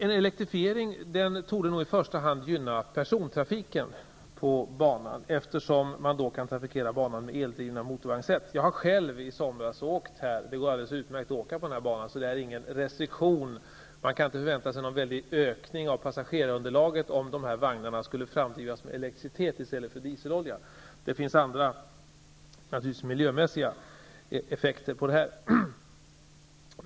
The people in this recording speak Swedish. En elektrifiering torde i första hand gynna persontrafiken på banan, eftersom man då kan trafikera banan med eldrivna motorvagnssätt. Jag åkte själv i somras på denna bana, och det går alldeles utmärkt, och det finns ingen restriktion. Men man kan inte förvänta sig någon väldig ökning av passagerarunderlaget, om dessa vagnar skulle framdrivas med elektricitet i stället för med dieselolja. Men det finns naturligtvis andra miljömässiga effekter på detta.